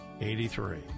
Eighty-three